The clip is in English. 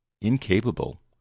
incapable